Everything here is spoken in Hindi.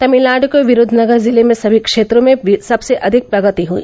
तमिलनाडु के विरूधनगर जिले में सभी क्षेत्रों में सबसे अधिक प्रगति हुई